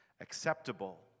acceptable